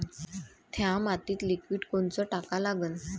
थ्या मातीत लिक्विड कोनचं टाका लागन?